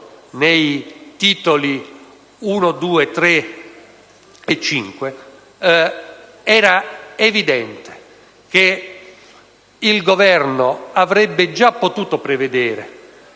dei Titoli I, II, III e V, era evidente che il Governo avrebbe potuto prevedere